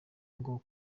ngo